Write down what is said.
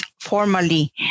formally